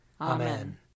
Amen